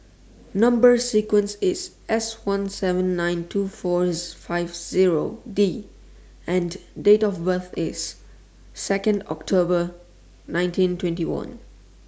Number sequence IS S one seven nine two four five Zero D and Date of birth IS Second October ninteen twenty one